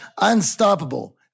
unstoppable